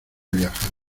viajar